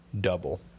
double